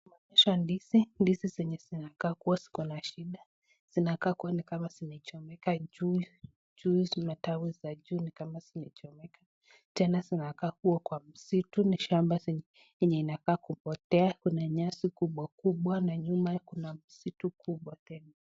Inaonyesha ndizi. Ndizi zenye zinakaa kuwa ziko na shida. Zinakaa kuwa ni kama zimechomeka juu, matawi za juu ni kama zimechomeka. Tena zinakaa kuwa kwa msitu, ni shamba yenye inakaa kupotea. Kuna nyasi kubwa kubwa na nyuma kuna msitu kubwa tena.